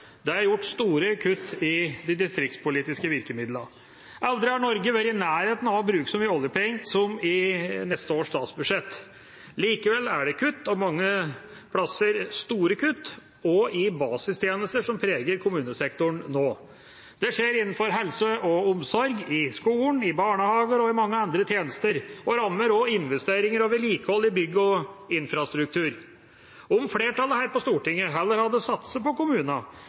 Det er gjort store kutt i de distriktspolitiske virkemidlene. Aldri har Norge vært i nærheten av å bruke så mye oljepenger som i neste års statsbudsjett. Likevel er det kutt – mange steder store kutt, også i basistjenester – som preger kommunesektoren nå. Det skjer innenfor helse og omsorg, i skolen, i barnehager og i mange andre tjenester – og rammer også investeringer, vedlikehold av bygg og infrastruktur. Om flertallet på Stortinget heller hadde satset på